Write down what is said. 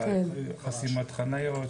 חסימת חניות.